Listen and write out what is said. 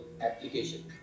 application